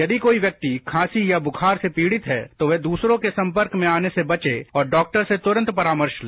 यदि कोई व्यक्ति खांसी या बुखार से पीड़ित है तो वह दूसरों के संपर्क में आने से बचे और डॉक्टर से तुरंत परामर्श ले